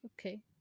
okay